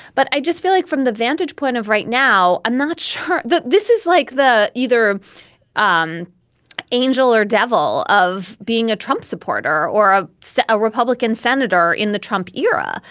but i just feel like from the vantage point of right now i'm not sure that this is like the either an um angel or devil of being a trump supporter or ah so a republican senator in the trump era